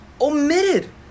omitted